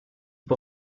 può